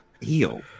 heal